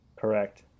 Correct